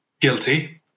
guilty